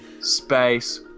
space